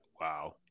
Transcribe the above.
wow